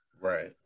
Right